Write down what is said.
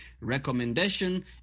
recommendation